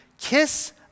Kiss